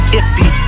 iffy